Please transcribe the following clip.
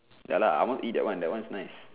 ya lah I want eat that one that one is nice